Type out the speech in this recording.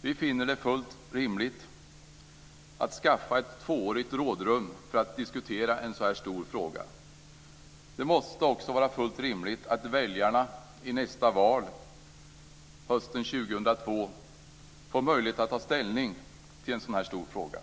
Vi finner det fullt rimligt att skaffa ett tvåårigt rådrum för att diskutera en så här stor fråga. Det måste också vara fullt rimligt att väljarna i nästa val hösten 2002 får möjlighet att ta ställning till en sådan här stor fråga.